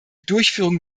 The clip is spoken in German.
durchführung